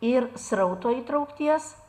ir srauto įtraukties